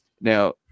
now